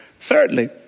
Thirdly